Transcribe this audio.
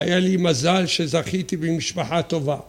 היה לי מזל שזכיתי במשפחה טובה.